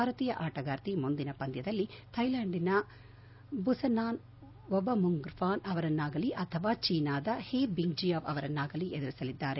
ಭಾರತೀಯ ಆಟಗಾರ್ತಿ ಮುಂದಿನ ಪಂದ್ಯದಲ್ಲಿ ಥೈಲ್ಯಾಂಡಿನ ಬುಸನಾನ್ ಒಂಬಮ್ರುಂಗ್ವಾನ್ ಅವರನ್ನಾಗಲೀ ಅಥವಾ ಚೀನಾದ ಹೆ ಬಿಂಗ್ಲಿಯಾವ್ ಅವರನ್ನಾಗಲೀ ಎದುರಿಸಲಿದ್ದಾರೆ